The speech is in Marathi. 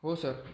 हो सर